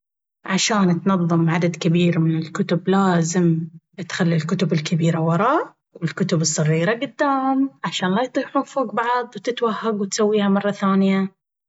عشان تنظم عدد كبير من الكتب لازم تخلي الكتب الكبيرة ورا والكتب الصغيرة قدام… عشان لا يطيحون فوق بعض وتتوهق وتسويها مرة ثانية!